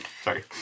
Sorry